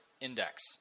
index